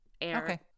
air